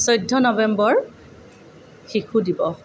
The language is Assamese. চৈধ্য নৱেম্বৰ শিশু দিৱস